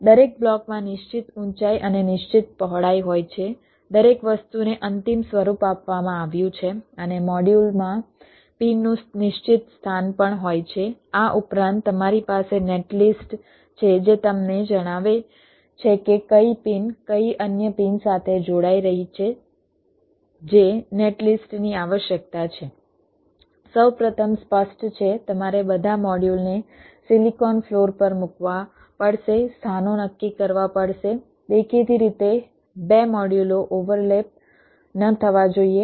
દરેક બ્લોકમાં નિશ્ચિત ઊંચાઈ અને નિશ્ચિત પહોળાઈ હોય છે દરેક વસ્તુને અંતિમ સ્વરૂપ આપવામાં આવ્યું છે અને મોડ્યુલમાં પિનનું નિશ્ચિત સ્થાન પણ હોય છે આ ઉપરાંત તમારી પાસે નેટ લિસ્ટ છે જે તમને જણાવે છે કે કઇ પિન કઇ અન્ય પિન સાથે જોડાઇ રહી છે જે નેટ લિસ્ટની આવશ્યકતા છે સૌ પ્રથમ સ્પષ્ટ છે તમારે બધા મોડ્યુલને સિલિકોન ફ્લોર પર મૂકવા પડશે સ્થાનો નક્કી કરવા પડશે દેખીતી રીતે 2 મોડ્યુલો ઓવરલેપ ન થવા જોઈએ